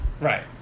Right